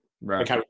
Right